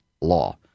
law